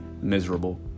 miserable